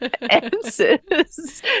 answers